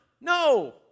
No